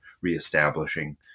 reestablishing